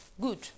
good